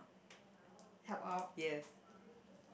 yes